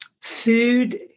food